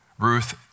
Ruth